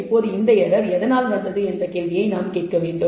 இப்போது இந்த எரர் எதனால் வந்தது என்ற கேள்வியை நாம் கேட்க வேண்டும்